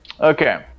okay